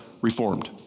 Reformed